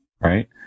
right